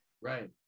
Right